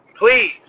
Please